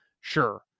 Sure